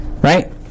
Right